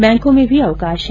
बैंकों में भी अवकाश है